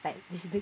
like this big